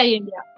India